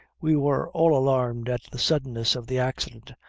we were all alarmed at the suddenness of the accident,